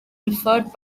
referred